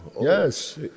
Yes